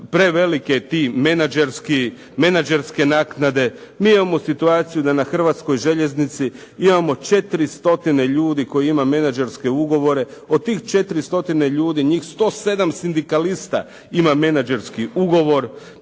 prevelike te menadžerske naknade. Mi imamo situaciju da na Hrvatskoj željeznici imamo 4 stotine ljudi koji imaju menadžerske ugovore. Od tih 4 stotine ljudi, njih 107 sindikalista ima menadžerski ugovor.